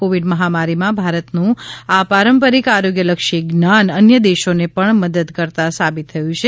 Covid મહામારીમાં ભારતનું આ પારંપરિક આરોગ્યલક્ષી જ્ઞાન અન્ય દેશોને પણ મદદકર્તા સાબિત થયું છે